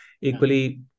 Equally